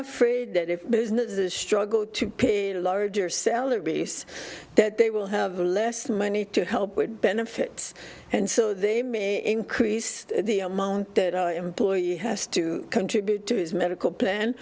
afraid that if businesses struggle to pay a larger salary base that they will have less money to help with benefits and so they may increase the amount that employee has to contribute to his medical plan